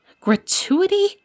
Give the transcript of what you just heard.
Gratuity